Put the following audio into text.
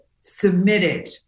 submitted